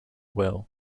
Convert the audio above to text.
will